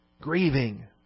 Grieving